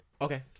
Okay